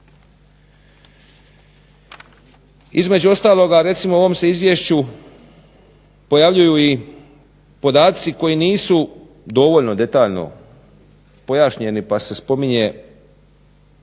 Između ostaloga recimo u ovom se izvješću pojavljuju i podaci koji nisu dovoljno detaljno pojašnjeni, pa se spominje